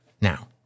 Now